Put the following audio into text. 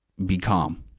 be calm.